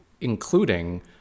including